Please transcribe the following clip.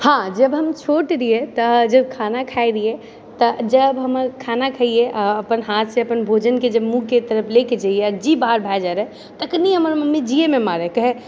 हँ जब हम छोट रहियै तऽ जब खाना खाइत रहिऐ तऽ जब हम खाना खैऐ अपन हाथसँ अपन भोजनके जब मुँहके तरफ ले के जैऐ आ जीभ बाहर भए जाइत रहै तऽ कनी हमर मम्मी जीहेमे मारै कहै